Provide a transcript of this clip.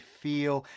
feel